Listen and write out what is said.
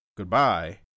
Goodbye